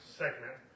segment